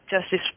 Justice